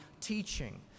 teaching